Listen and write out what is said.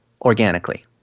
organically